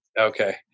Okay